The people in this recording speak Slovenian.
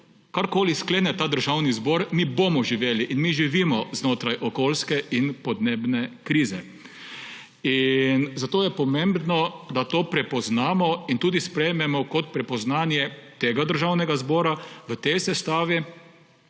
Karkoli sklene ta državni zbor, mi bomo živeli in mi živimo znotraj okoljske in podnebne krize. In zato je pomembno, da to prepoznamo in tudi sprejmemo kot prepoznanje tega državnega zbora v tej sestavi.